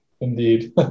indeed